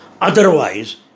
Otherwise